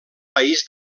país